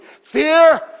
Fear